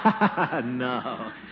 No